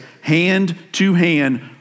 hand-to-hand